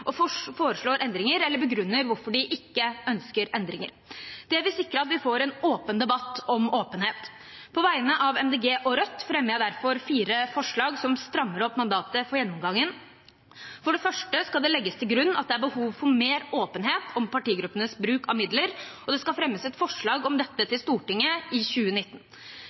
og foreslår endringer, eller begrunner hvorfor de ikke ønsker endringer. Det vil sikre at vi får en åpen debatt om åpenhet. På vegne av Miljøpartiet De Grønne og Rødt fremmer jeg derfor fem forslag som strammer opp mandatet for gjennomgangen. For det første skal det legges til grunn at det er behov for mer åpenhet om partigruppenes bruk av midler, og det skal fremmes et forslag om dette til Stortinget i 2019.